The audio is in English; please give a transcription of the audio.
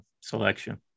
selection